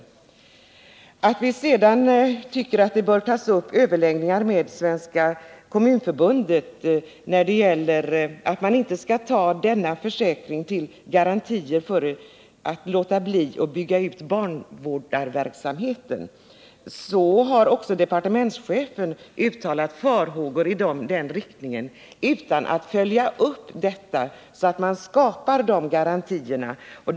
I reservationen 8 föreslår vi att det skall tas upp överläggningar med Svenska kommunförbundet i syfte att skapa garantier att denna försäkring inte tas till intäkt för att låta bli att bygga ut barnvårdarverksamheten. Även departementschefen har uttalat farhågor i den riktningen, dock utan att följa upp detta genom att skapa dessa garantier.